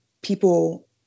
people